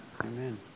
Amen